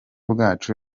bwacu